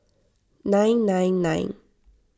nine nine nine